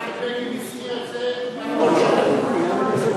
מנחם בגין הזכיר את זה כמעט כל שנה.